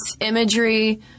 imagery